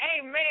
Amen